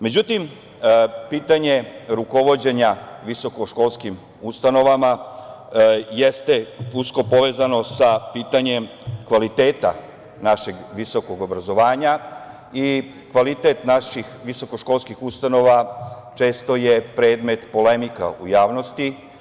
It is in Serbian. Međutim, pitanje rukovođenja visokoškolskim ustanovama jeste usko povezano sa pitanjem kvaliteta našeg visokog obrazovanja i kvalitet naših visokoškolskih ustanova često je predmet polemika u javnosti.